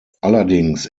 allerdings